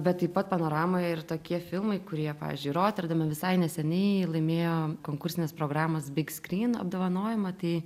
bet taip pat panoramoje ir tokie filmai kurie pavyzdžiui roterdame visai neseniai laimėjo konkursinės programos bigskryn apdovanojimą tai